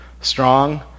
strong